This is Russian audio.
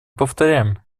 повторяем